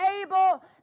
able